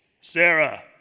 Sarah